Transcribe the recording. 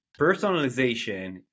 personalization